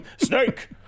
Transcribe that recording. Snake